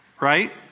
right